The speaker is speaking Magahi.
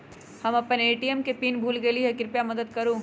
हम अपन ए.टी.एम पीन भूल गेली ह, कृपया मदत करू